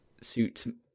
suit